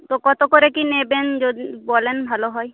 তো কত করে কী নেবেন যদি বলেন ভালো হয়